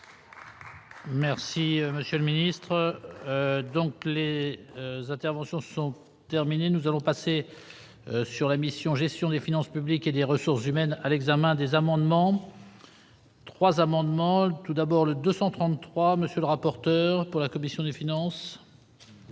Merci monsieur le ministre, donc Les interventions sont terminées, nous allons passer. Sur la mission gestion des finances publiques et des ressources humaines à l'examen des amendements. 3 amendements, tout d'abord le 233, monsieur le rapporteur pour la commission des finances. Oui,